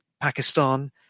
Pakistan